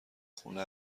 خونه